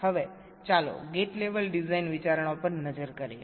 હવે ચાલો gate level design વિચારણાઓ પર નજર કરીએ